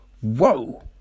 whoa